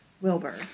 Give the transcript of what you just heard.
wilbur